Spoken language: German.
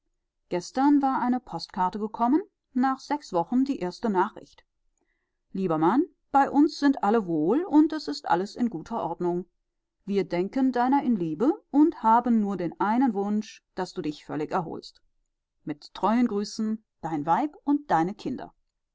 gestern war eine postkarte gekommen nach sechs wochen die erste nachricht lieber mann bei uns sind alle wohl und es ist alles in guter ordnung wir denken deiner in liebe und haben nur den einen wunsch daß du dich völlig erholst mit treuen grüßen dein weib und deine kinder